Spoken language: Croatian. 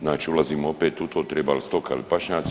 Znači ulazimo opet u to, treba li stoka ili pašnjaci.